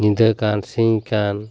ᱧᱤᱫᱟᱹ ᱠᱟᱱ ᱥᱤᱧ ᱠᱟᱱ